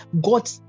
God